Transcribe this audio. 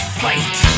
fight